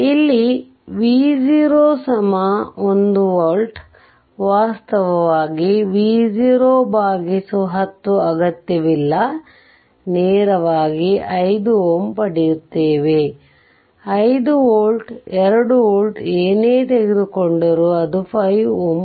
ಇಲ್ಲಿ V0 1 volt ವಾಸ್ತವವಾಗಿ V0 1 0 ಅಗತ್ಯವಿಲ್ಲ ನೇರವಾಗಿ 5 Ω ಪಡೆಯುತ್ತೇವೆ 1 ವೋಲ್ಟ್ 2 ವೋಲ್ಟ್ ಏನೇ ತೆಗೆದುಕೊಂಡರೂ ಅದು 5 Ω